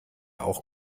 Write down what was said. auch